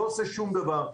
לא עושה שום דבר.